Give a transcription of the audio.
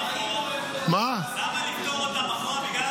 למה לפטור אותם אחורה?